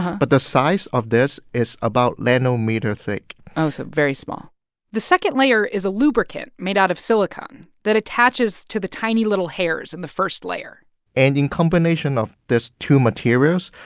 but the size of this is about nanometer thick oh, so very small the second layer is a lubricant made out of silicone that attaches to the tiny little hairs in the first layer and in combination of these two materials,